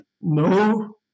no